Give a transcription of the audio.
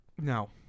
No